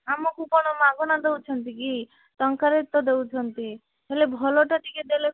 ଆମକୁ କଣ ମାଗଣା ଦେଉଛନ୍ତି କି ଟଙ୍କାରେ ତ ଦେଉଛନ୍ତି ହେଲେ ଭଲଟା ଟିକେ ଦେଲେ